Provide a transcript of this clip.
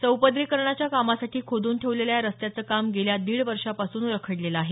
चौपदरीकरणाच्या कामासाठी खोदन ठेवलेल्या या रस्त्याचं काम गेल्या दीड वर्षापासून रखडलेलं आहे